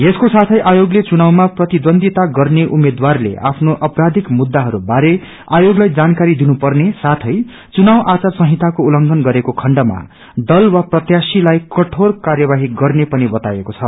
यसको साथै आयोगले चुनावामा प्रतिद्वन्दिता गर्ने उम्मेद्वारले आफ्नो आपराधिक मुद्दाहरूबारे आयोगलाई जानकारी दिनुपर्ने साथै चुनाव आचार संहिताको उल्लंघन गरेको खण्डमा दल वा प्रत्याशीलाई कठोर कार्यवाही गर्ने पनि बताएको छ